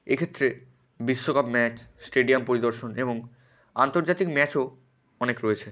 এক্ষেত্রে বিশ্বকাপ match stadium পরিদর্শন এবং আন্তর্জাতিক ম্যাচও অনেক রয়েছে